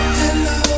hello